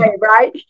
Right